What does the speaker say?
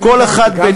בשלוש דרכים.